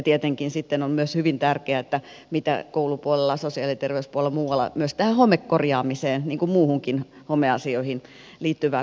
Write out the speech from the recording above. tietenkin on myös hyvin tärkeää mitä koulupuolella sosiaali ja terveyspuolella muualla tähän homekorjaamiseen niin kuin muihinkin homeasioihin liittyvään kaiken kaikkiaan tapahtuu